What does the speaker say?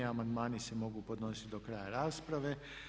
Amandmani se mogu podnositi do kraja rasprave.